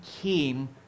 came